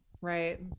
Right